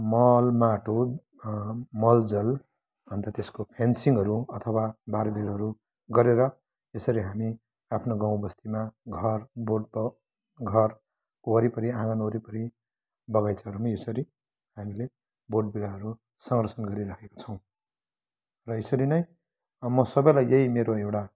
मल माटो मलजल अन्त त्यसको फेन्सिङहरू अथवा बारबेरहरू गरेर त्यसरी हामी आफ्नो गाउँ बस्तीमा घर बोट ब घर वरिपरि आँगन वरिपरि बगैँचाहरूमा यसरी हामीले बोट बिरुवाहरू संरक्षण गरिरहेका छौँ र यसरी नै म सबैलाई यही मेरो एउटा